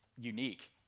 unique